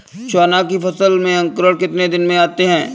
चना की फसल में अंकुरण कितने दिन में आते हैं?